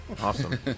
awesome